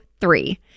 three